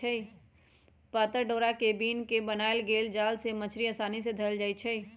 पातर डोरा से बिन क बनाएल गेल जाल से मछड़ी असानी से धएल जाइ छै